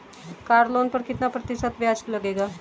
Car loan पर कितना प्रतिशत ब्याज लगेगा?